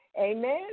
Amen